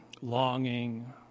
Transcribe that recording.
longing